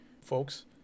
Folks